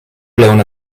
blown